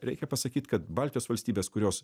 reikia pasakyt kad baltijos valstybės kurios